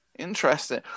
interesting